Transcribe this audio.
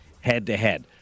head-to-head